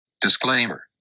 Disclaimer